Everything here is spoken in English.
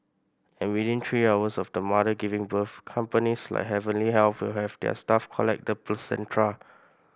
and within three hours of the mother giving birth companies like Heavenly Health will have their staff collect the placenta